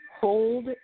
hold